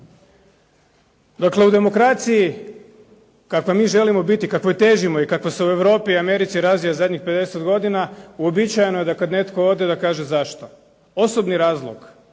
Dakle, u demokraciji kakva mi želimo biti, kakvoj težimo i kakva se u Europi i Americi razvija zadnjih 50 godina uobičajeno je da kad netko ode da kaže zašto. Osobni razlog